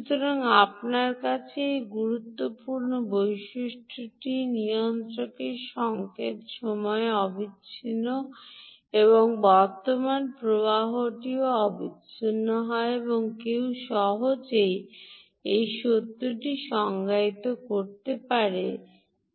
সুতরাং আপনার কাছে এই গুরুত্বপূর্ণ বৈশিষ্ট্যটি নিয়ন্ত্রণের সংকেত সময়ে অবিচ্ছিন্ন বর্তমান প্রবাহটিও অবিচ্ছিন্ন সময় এবং কেউ সহজেই এই সত্যটি সংজ্ঞায়িত করতে পারে